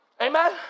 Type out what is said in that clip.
Amen